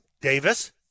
Davis